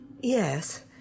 Yes